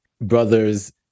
brothers